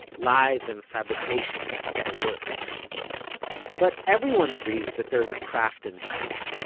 lies and fabrications at worst but everyone agrees that there's a craft involved.